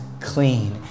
clean